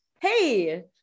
Hey